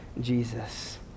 Jesus